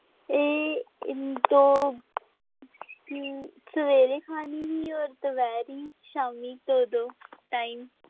एह् दो सवेरे खानी ही होर दपैह्री शामीं दो दो टैम